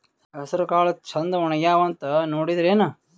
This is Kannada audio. ಹೆಸರಕಾಳು ಛಂದ ಒಣಗ್ಯಾವಂತ ನೋಡಿದ್ರೆನ?